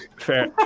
fair